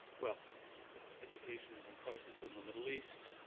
well education is in crisis in the middle east.